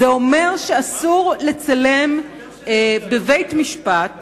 שאסור לצלם בבית-משפט